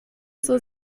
zur